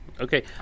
Okay